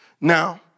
Now